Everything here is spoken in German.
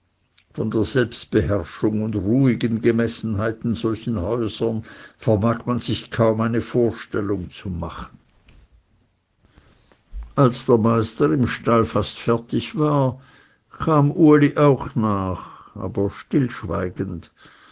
von der selbstbeherrschung und ruhigen gemessenheit in solchen häusern vermag man sich kaum eine vorstellung zu machen als der meister im stall fertig war kam uli auch nach aber stillschweigend